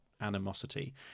animosity